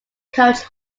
coach